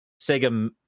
Sega